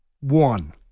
one